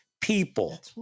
people